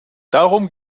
darum